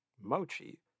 mochi